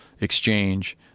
exchange